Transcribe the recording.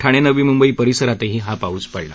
ठाणे नवी मुंबई परिसरातही हा पाऊस पडला